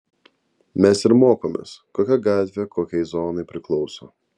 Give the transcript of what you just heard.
mes ir mokomės kokia gatvė kokiai zonai priklauso